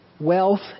Wealth